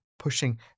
pushing